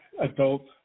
adult